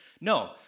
No